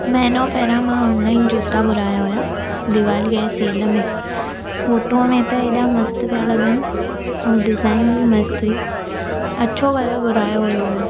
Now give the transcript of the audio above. महिनो पहिरियां मां ऑनलाइन जूता घुराया हुआ दीवालीअ जी सेल में फोटूअ में त हेॾा मस्तु पिया लॻनि ऐं डिज़ाइन बि मस्तु हुई अछो वारो घुरायो हुओ मां